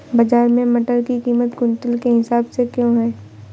बाजार में मटर की कीमत क्विंटल के हिसाब से क्यो है?